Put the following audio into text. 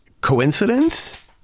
Coincidence